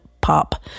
pop